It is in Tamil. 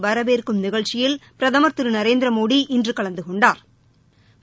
வரவேற்கும் நிகழ்ச்சியில் பிரதமர் திரு நரேந்திரமோடி இன்று கலந்து கொண்டாா்